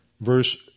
Verse